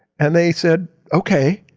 and they said, okay.